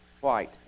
white